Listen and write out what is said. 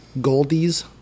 Goldie's